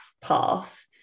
path